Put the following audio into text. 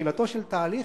בתחילתו של התהליך,